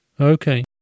Okay